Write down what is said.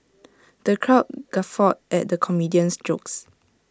the crowd guffawed at the comedian's jokes